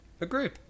agreed